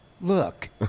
Look